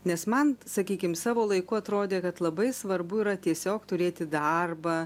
nes man sakykim savo laiku atrodė kad labai svarbu yra tiesiog turėti darbą